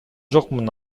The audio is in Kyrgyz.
жокмун